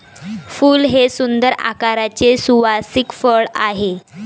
फूल हे सुंदर आकाराचे सुवासिक फळ आहे